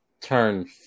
turn